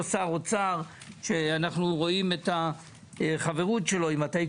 האלה או באלה שמייצרים את השקיות האלה מבלי לתת להם תשובה.